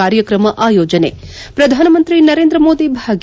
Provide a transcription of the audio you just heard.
ಕಾರ್ಯಕ್ರಮ ಆಯೋಜನೆ ಪ್ರಧಾನಮಂತ್ರಿ ನರೇಂದ್ರ ಮೋದಿ ಭಾಗಿ